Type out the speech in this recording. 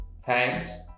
Thanks